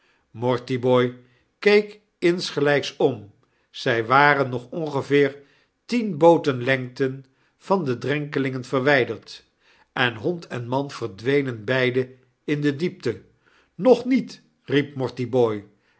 mortibooi keek insgelyks om zij waren nog ongeveer tien booten lengte van de drenkelingen verwyderd en hond en man verdwenen beiden in de diepte nog met riep mortibooi